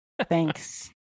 Thanks